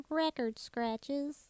record-scratches